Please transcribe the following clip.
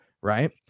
right